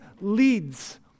leads